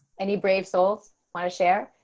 any brave souls wanna share?